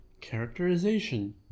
characterization